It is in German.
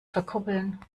verkuppeln